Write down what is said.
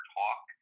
talk